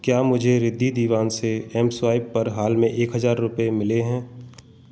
क्या मुझे रिद्धि दीवान से एमस्वाइप पर हाल में एक हज़ार रुपये मिले हैं